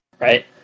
right